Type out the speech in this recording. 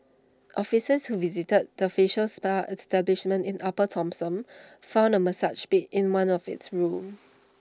officers who visited the facial spa establishment in upper Thomson found A massage bed in one of its rooms